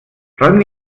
räum